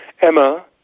Emma